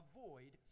Avoid